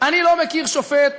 אני לא מכיר שופט